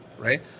right